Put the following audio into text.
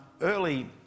early